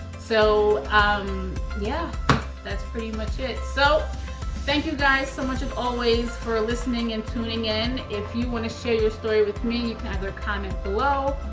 so um yeah that's pretty much it. so thank you guys so much as always, for ah listening and tuning in. if you want to share your story with me and you can either comment below,